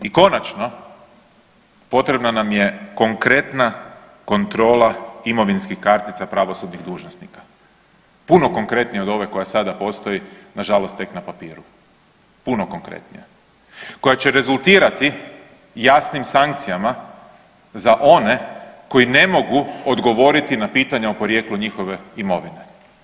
I konačno, potrebna nam je konkretna kontrola imovinskih kartica pravosudnih dužnosnika, puno konkretnija od ove koja sada postoji, nažalost tek na papiru, puno konkretnija, koja će rezultirati jasnim sankcijama za one koji ne mogu odgovoriti na pitanje o porijeklu njihove imovine.